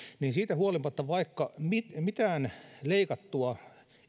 niin siitä huolimatta vaikka mitään leikattua